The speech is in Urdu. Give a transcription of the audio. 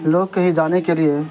لوگ کہیں جانے کے لیے